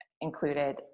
included